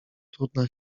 trudna